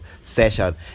session